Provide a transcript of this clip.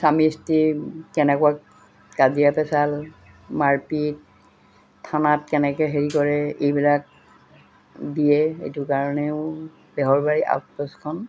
স্বামী স্ত্ৰী কেনেকুৱা কাজিয়া পেচাল মাৰপিট থানাত কেনেকৈ হেৰি কৰে এইবিলাক দিয়ে এইটো কাৰণেও বেহৰবাৰী আউটপ'ষ্টখন